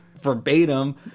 verbatim